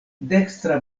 dekstra